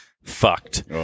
Fucked